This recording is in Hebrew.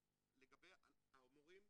לגבי המורים,